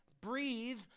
breathe